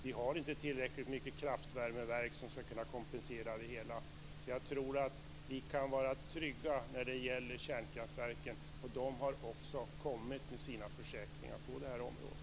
Vi har inte tillräckligt mycket kraftvärmeverk som skall kunna kompensera det hela, så jag tror att vi kan vara trygga när det gäller kärnkraftverken. De har också kommit med sina försäkringar på det här området.